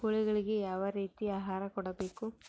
ಕೋಳಿಗಳಿಗೆ ಯಾವ ರೇತಿಯ ಆಹಾರ ಕೊಡಬೇಕು?